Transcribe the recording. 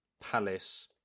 Palace